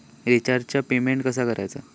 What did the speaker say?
रिचार्जचा पेमेंट कसा करायचा?